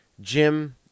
Jim